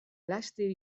laster